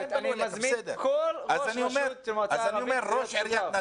אני מזמין כל ראש רשות מועצה ערבית להשתתף בדיון.